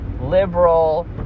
liberal